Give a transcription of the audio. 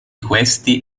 questi